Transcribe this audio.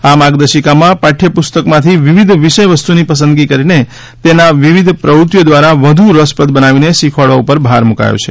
આ માર્ગદર્શિકામાં પાઠ્યપુસ્તકમાંથી વિવિધ વિષયવસ્તુની પસંદગી કરીને તેને વિવિધ પ્રવૃત્તિઓ દ્વારા વધુ રસપ્રદ બનાવીને શીખવાડવા ઉપર ભાર મૂકાયો છે